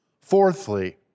Fourthly